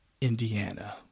Indiana